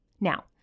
Now